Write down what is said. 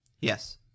Yes